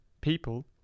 people